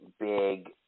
big